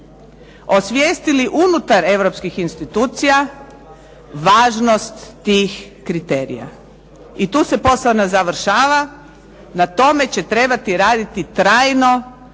osvijestili unutar europskih institucija važnost tih kriterija i tu se posao ne završava. Na tome će trebati raditi trajno